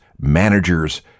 managers